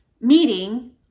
meeting